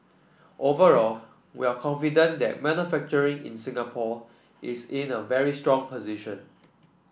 overall we are confident that manufacturing in Singapore is in a very strong position